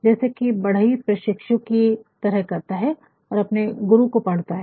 जैसे की बढ़ई प्रशिक्षु की तरह करता है और अपने गुरु को पढता है